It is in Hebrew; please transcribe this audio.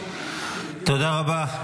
תודה רבה.